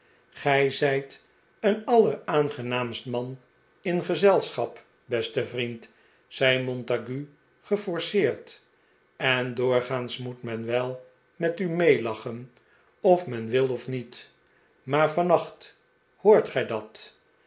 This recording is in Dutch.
gij zijt een alleraangenaamst man in gezelschap beste vriend zei montague geforceerd en doorgaans moet men wel met u meelachen of men wil of niet maar vannacht hoort gij dat